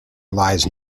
lies